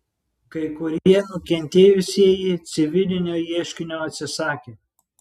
kai kurie nukentėjusieji civilinio ieškinio atsisakė